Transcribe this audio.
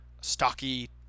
stocky